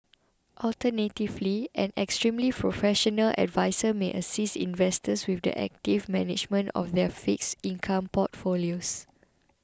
alternatively an extremely professional adviser may assist investors with the active management of their fixed income portfolios